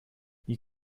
you